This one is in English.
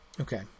okay